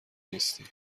نیستی